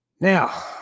Now